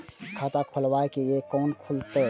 खाता खोलवाक यै है कोना खुलत?